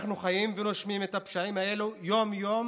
אנחנו חיים ונושמים את הפשעים האלה יום-יום,